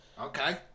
Okay